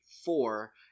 four